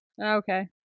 Okay